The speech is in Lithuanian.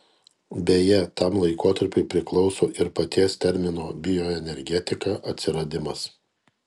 beje tam laikotarpiui priklauso ir paties termino bioenergetika atsiradimas